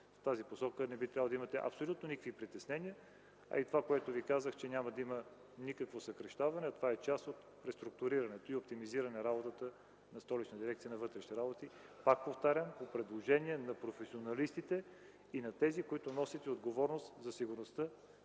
столицата. Не би трябвало да имате абсолютно никакви притеснения в тази посока, а и това, което Ви казах, че няма да има никакво съкращаване, това е част от преструктурирането и оптимизирането на работата на Столична дирекция на вътрешните работи, пак повтарям, по предложение на професионалистите и на тези, които носят и отговорност за сигурността